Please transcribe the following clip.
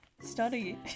study